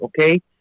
okay